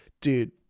dude